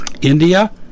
India